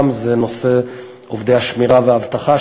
זה נושא עובדי השמירה והאבטחה,